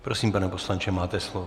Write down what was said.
Prosím, pane poslanče, máte slovo.